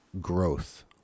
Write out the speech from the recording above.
growth